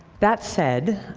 that said,